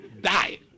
Die